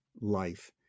life